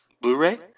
Blu-ray